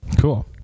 cool